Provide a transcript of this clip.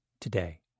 today